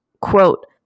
quote